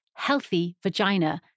HEALTHYVAGINA